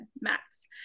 max